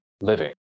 living